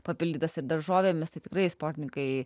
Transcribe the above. papildytas ir daržovėmis tai tikrai sportininkai